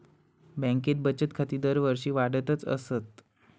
बँकेत बचत खाती दरवर्षी वाढतच आसत